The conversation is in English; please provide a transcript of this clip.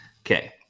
Okay